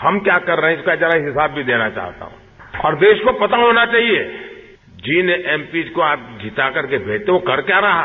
हम क्या कर रहे हैं इसका जरा हिसाब भी देना चाहता हूं और देश को पता होना चाहिए जिन एमपीज को आप जीता करके आप भेजते हो वो कर क्या रहा है